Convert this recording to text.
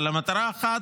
אבל המטרה האחת,